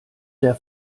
der